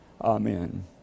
Amen